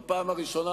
בפעם הראשונה,